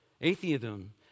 Atheism